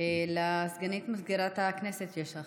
לסגנית מזכירת הכנסת יש הודעה.